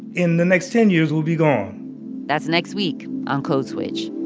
in the next ten years, will be gone that's next week on code switch